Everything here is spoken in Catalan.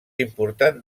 important